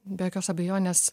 be jokios abejonės